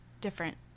Different